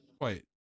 Wait